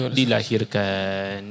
dilahirkan